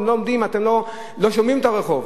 אתם לא שומעים את הרחוב.